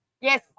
Yes